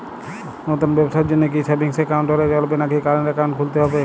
নতুন ব্যবসার জন্যে কি সেভিংস একাউন্ট হলে চলবে নাকি কারেন্ট একাউন্ট খুলতে হবে?